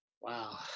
wow